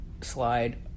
slide